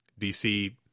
dc